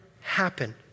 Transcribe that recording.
happen